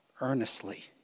earnestly